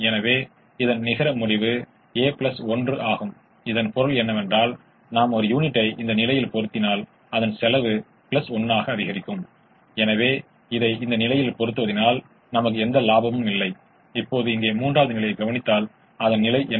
எனவே நாம் இப்போது முதன்மையானவருக்கு சாத்தியமான தீர்வுகளின் தொகுப்பைக் கொடுத்துள்ளோம் முதன்மையானவருக்கு இதுபோன்ற எல்லையற்ற சாத்தியமான தீர்வுகள் உள்ளன